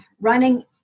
running